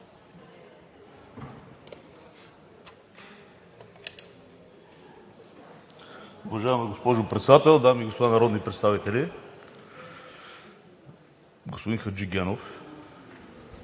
Уважаема госпожо Председател, дами и господа народни представители! Господин Хаджигенов,